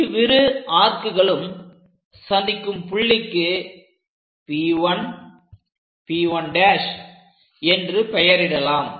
இவ்விரு ஆர்க்களும் சந்திக்கும் புள்ளிக்கு P 1 P 1' என்று பெயரிடலாம்